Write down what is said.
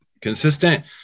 consistent